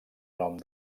nom